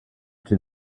for